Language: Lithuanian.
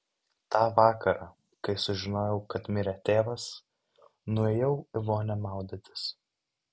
tą vakarą kai sužinojau kad mirė tėvas nuėjau į vonią maudytis